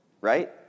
right